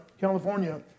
California